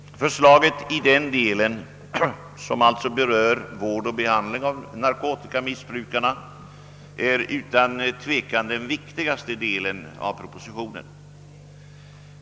Förslaget i den del som rör vård och behandling av narkotikamissbrukarna är utan tvivel den viktigaste delen av propositionen.